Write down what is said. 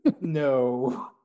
No